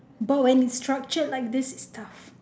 but when is structured like this is tough